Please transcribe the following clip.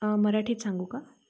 मराठीत सांगू का